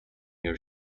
your